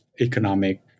economic